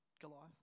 Goliath